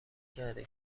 کرده